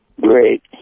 Great